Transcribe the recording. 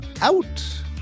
out